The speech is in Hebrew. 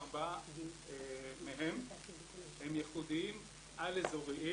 54 מהם הם יחודיים על-אזוריים